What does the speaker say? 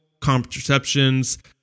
contraceptions